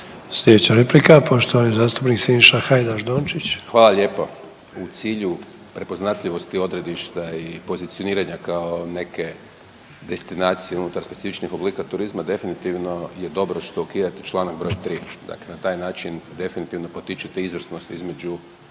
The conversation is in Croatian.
Slijedeća replika poštovani zastupnik Siniša Hajdaš Dončić. **Hajdaš Dončić, Siniša (SDP)** Hvala lijepo. U cilju prepoznatljivosti odredišta i pozicioniranja kao neke destinacije unutar specifičnih oblika turizma definitivno je dobro što ukidate Članak broj 3., dakle na taj način definitivno potičete izvrsnost između